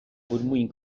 burmuin